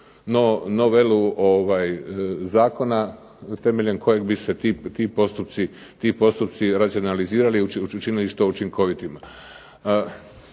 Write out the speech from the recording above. novelu zakona temeljem kojeg bi se ti postupci racionalizirali, učinili što učinkovitim.